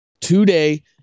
Today